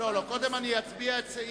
לא, קודם נצביע על סעיף,